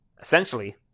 Essentially